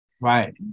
Right